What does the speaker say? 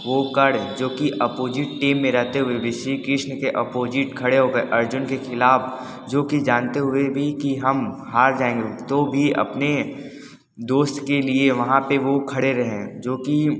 वो कर्ण जो कि ऑपोजिट टीम में रहते हुए भी श्री कृष्ण के अपोजिट खड़े होकर अर्जुन के खिलाफ जो कि जानते हुए भी कि हम हार जाएंगे तो भी अपने दोस्त के लिए वहाँ पर वो खड़े रहे जो कि